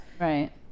Right